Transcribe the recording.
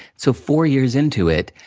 so, four years into it,